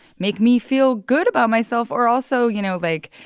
make me feel good about myself or also, you know, like,